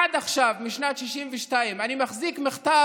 עד עכשיו, משנת 1962, אני מחזיק מכתב